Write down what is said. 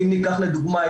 אם ניקח לדוגמא,